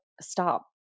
stop